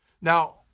Now